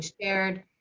shared